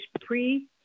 pre